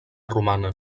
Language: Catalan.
romana